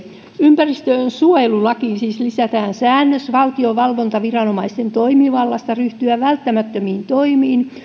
ympäristönsuojelulakiin siis lisätään säännös valtion valvontaviranomaisten toimivallasta ryhtyä välttämättömiin toimiin